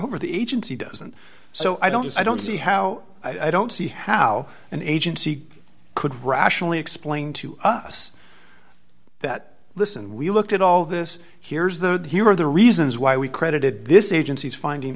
over the agency doesn't so i don't just i don't see how i don't see how and agency he could rationally explain to us that listen we looked at all this here's the here are the reasons why we credited this is finding